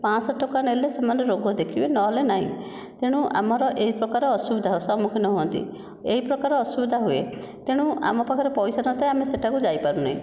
ପାଞ୍ଚଶହ ଟଙ୍କା ନେଲେ ସେମାନେ ରୋଗ ଦେଖିବେ ନହେଲେ ନାହିଁ ତେଣୁ ଆମର ଏହି ପ୍ରକାର ଅସୁବିଧା ହେଉଛି ସମ୍ମୁଖିନ୍ନ ହୁଅନ୍ତି ଏହି ପ୍ରକାର ଅସୁବିଧା ହୁଏ ତେଣୁ ଆମ ପାଖରେ ପଇସା ନଥାଏ ଆମେ ସେଠାକୁ ଯାଇପାରୁନେ